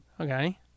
Okay